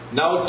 now